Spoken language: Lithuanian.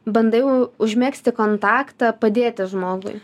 bandai užmegzti kontaktą padėti žmogui